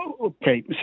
Okay